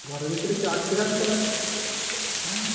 ঘরের ভিতরে কি আটকে রাখব না কি হ্যাঁ